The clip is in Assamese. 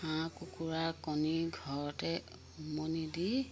হাঁহ কুকুৰা কণী ঘৰতে উমনি দি